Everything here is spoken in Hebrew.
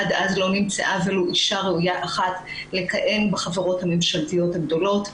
עד אז לא נמצאה ולו אישה ראויה אחת לכהן בחברות הממשלתיות הגדולות.